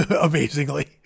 amazingly